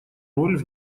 роль